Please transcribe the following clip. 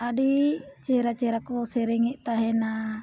ᱟᱹᱰᱤ ᱪᱮᱦᱨᱟ ᱪᱮᱦᱨᱟ ᱠᱚ ᱥᱮᱨᱮᱧᱮᱫ ᱛᱟᱦᱮᱱᱟ